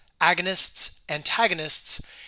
agonists-antagonists